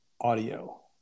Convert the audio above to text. audio